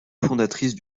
fondatrice